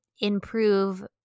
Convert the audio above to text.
improve